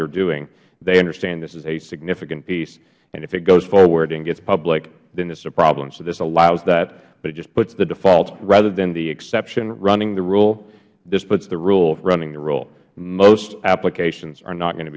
they are doing they understand this is a significant piece and if it goes forward and gets public then this is a problem so this allows that but it just puts the default rather than the exception running the rule this puts the rule running the rule most applications are not going to